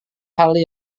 hal